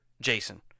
Jason